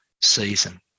season